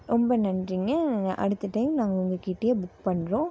ரொம்ப நன்றிங்க அடுத்த டைம் நாங்கள் உங்கள்கிட்டயே புக் பண்ணுறோம்